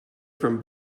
from